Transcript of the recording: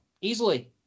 easily